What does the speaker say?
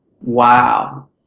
Wow